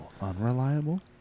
Unreliable